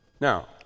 Now